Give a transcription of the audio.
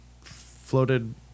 floated